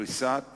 קריסת